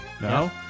No